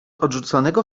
odrzuconego